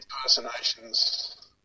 impersonations